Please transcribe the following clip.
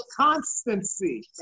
constancy